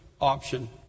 option